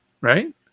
right